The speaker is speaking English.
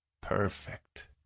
perfect